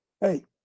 Hey